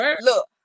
look